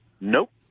Nope